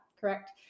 correct